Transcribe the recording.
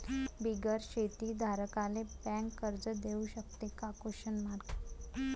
बिगर शेती धारकाले बँक कर्ज देऊ शकते का?